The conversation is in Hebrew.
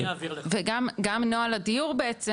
וגם נוהל הדיור בעצם,